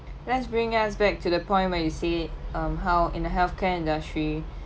let's bring us back to the point where you say um how in the healthcare industry